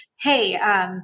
Hey